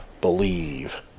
believe